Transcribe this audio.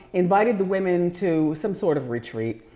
invited the women to some sort of retreat.